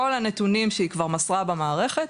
כל הנתונים שהיא כבר מסרה במערכת,